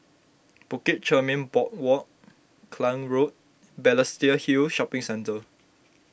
Bukit Chermin Boardwalk Klang Road and Balestier Hill Shopping Centre